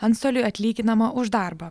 antstoliui atlyginama už darbą